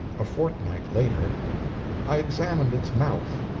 a fortnight later i examined its mouth.